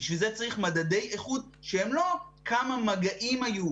בשביל זה צריך מדדי איכות שהם לא כמה מגעים היו